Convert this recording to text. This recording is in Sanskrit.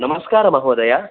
नमस्कारः महोदयः